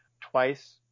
twice